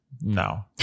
No